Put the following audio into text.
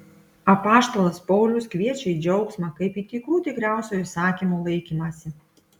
apaštalas paulius kviečia į džiaugsmą kaip į tikrų tikriausio įsakymo laikymąsi